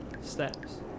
steps